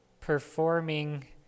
performing